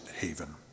haven